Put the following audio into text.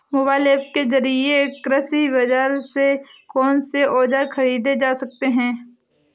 Mobile app के जरिए कृषि बाजार से कौन से औजार ख़रीदे जा सकते हैं?